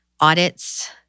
audits